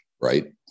right